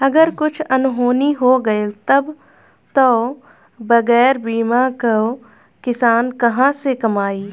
अगर कुछु अनहोनी हो गइल तब तअ बगैर बीमा कअ किसान कहां से कमाई